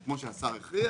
כפי שהשר הכריע,